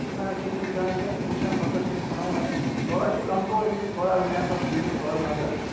نا أسۍ چھِ وٕچھا أسۍ حظ چھِ وٕچھان نظر چھِ تھاوان أسۍ تھوڑا چھِ کَمزور أمِس تھوڑا میتھَس دیٖزیو تھوڑا نظر